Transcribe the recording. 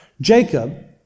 Jacob